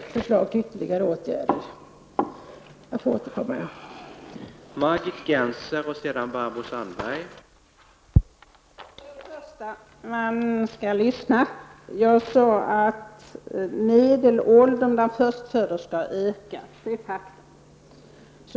Eftersom repliktiden nu är slut får jag återkomma senare.